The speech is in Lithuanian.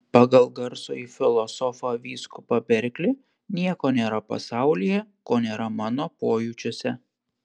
pagal garsųjį filosofą vyskupą berklį nieko nėra pasaulyje ko nėra mano pojūčiuose